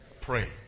Pray